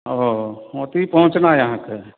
ओ ओतहि पहुँचनाइ अइ अहाँके